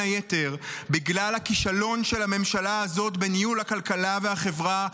היתר בגלל הכישלון של הממשלה הזאת בניהול הכלכלה והחברה,